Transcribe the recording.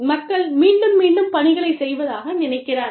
மக்கள் மீண்டும் மீண்டும் பணிகளைச் செய்வதாக நினைக்கிறார்கள்